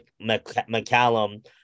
McCallum